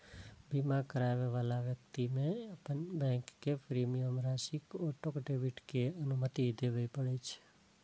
बीमा कराबै बला व्यक्ति कें अपन बैंक कें प्रीमियम राशिक ऑटो डेबिट के अनुमति देबय पड़ै छै